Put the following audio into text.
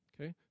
Okay